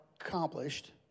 accomplished